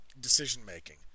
decision-making